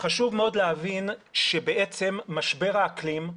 מאוד להבין שבעצם משבר האקלים,